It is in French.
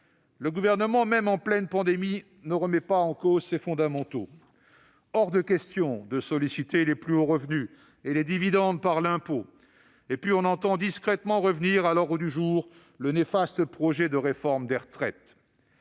le Gouvernement, même en pleine pandémie, ne remet pas en cause ses fondamentaux. Il est hors de question de solliciter les plus hauts revenus et les dividendes par l'impôt ; et puis l'on entend discrètement revenir à l'ordre du jour le néfaste projet de réforme des retraites.